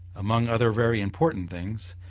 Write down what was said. among other very important things,